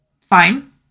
Fine